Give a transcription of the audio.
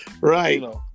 Right